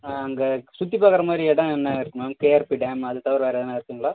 ஆ அங்கே சுற்றி பார்க்கற மாதிரி இடம் என்ன இருக்குது மேம் கேஆர்பி டேம் அதை தவிர வேறு எதனால் இருக்குதுங்களா